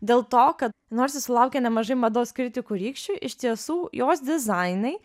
dėl to kad nors ji sulaukė nemažai mados kritikų rykščių iš tiesų jos dizainai